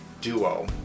duo